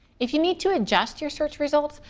if you need to adjust your search results,